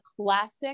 classic